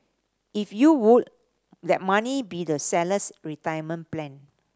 if you would that money be the seller's retirement plan